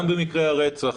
גם במקרי הרצח,